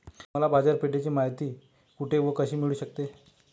मला बाजारपेठेची माहिती कुठे व कशी मिळू शकते?